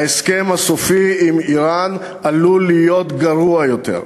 ההסכם הסופי עם איראן עלול להיות גרוע יותר.